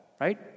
right